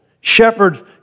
shepherds